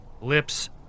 lips